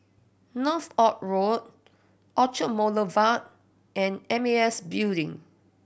Northolt Road Orchard Boulevard and M A S Building